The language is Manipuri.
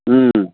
ꯎꯝ